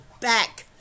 back